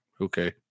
Okay